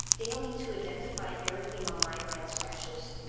failing to identify erythema migrans rashes,